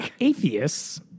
atheists